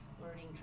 learning